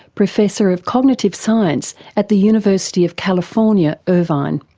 professor of cognitive science at the university of california irvine.